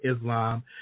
Islam